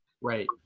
Right